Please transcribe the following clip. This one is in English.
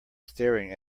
staring